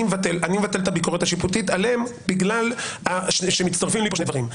מבטל את הביקורת השיפוטית עליהם בגלל שמצטרפים לי כאן שני דברים.